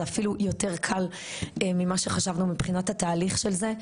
זה אפילו יותר קל ממה שחשבנו מבחינת התהליך של זה,